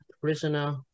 Prisoner